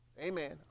amen